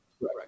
Right